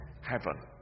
heaven